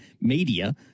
media